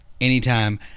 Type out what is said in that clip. anytime